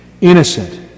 Innocent